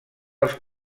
als